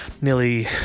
nearly